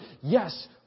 Yes